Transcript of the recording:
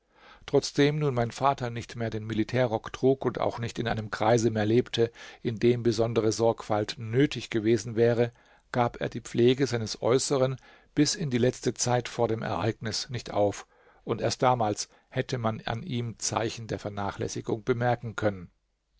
trotzdem nun mein vater nicht mehr den militärrock trug und auch nicht in einem kreise mehr lebte in dem besondere sorgfalt nötig gewesen wäre gab er die pflege seines äußeren bis in die letzte zeit vor dem ereignis nicht auf und erst damals hätte man an ihm zeichen der vernachlässigung bemerken können